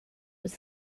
was